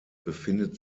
befindet